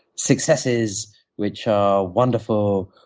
successes which are wonderful,